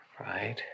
right